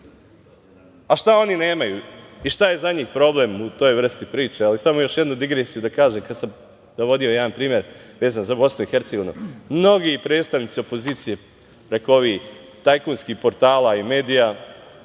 Šta oni nemaju i šta je za njih problem u toj vrsti priče? Samo još jednu digresiju da kažem, kad sam navodio jedan primer vezan za BiH. Mnogi predstavnici opozicije, dakle, ovih tajkunskih portala i medija